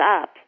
up